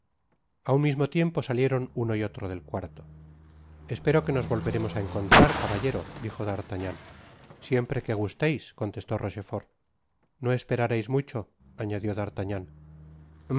a un mismo tiempo salieron uno y otro del cuarto espero que nos volveremos á encontrar caballero i dijo d'artagnan siempre que gusteis contestó rochefort no esperareis mucho añadió